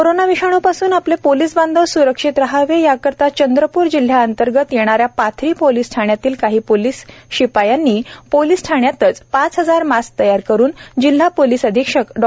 corona विषाणूपासून आपले police बांधव स्रक्षित राहावे याकरिता चंद्रप्र जिल्ह्याअंतर्गत येणाऱ्या पाथरी पोलीस ठाण्यातील काही पोलीस शिपायांनी पोलीस ठाण्यातच पाच हजार मास्क तयार करून जिल्हा पोलिस अधीक्षक डॉ